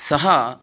सः